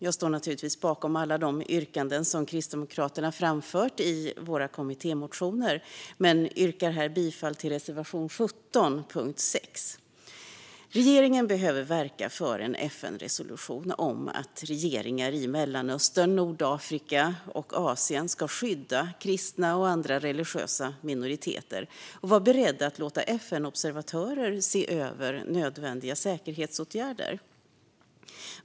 Jag står naturligtvis bakom alla de yrkanden som vi i Kristdemokraterna har framfört i våra kommittémotioner, men jag yrkar här bifall enbart till reservation 17 under punkt 6. Regeringen behöver verka för en FN-resolution om att regeringar i Mellanöstern, Nordafrika och Asien ska skydda kristna och andra religiösa minoriteter och vara beredda att låta FN-observatörer se över nödvändiga säkerhetsåtgärder.